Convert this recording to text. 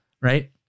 right